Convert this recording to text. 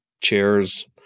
chairs